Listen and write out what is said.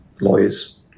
lawyers